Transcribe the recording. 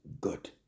good